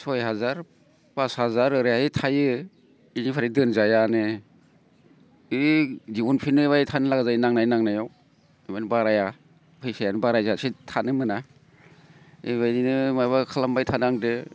सय हाजार फास हाजार ओरैहाय थायो इनिफ्राय दोनजायानो ओइ दिहुनफिननो लागा जाबाय थायो नांनाय नांनायाव ओमफ्राय बाराया फैसायानो बारायजासे थानो मोना एबायदिनो माबा खालामबाय थानांदो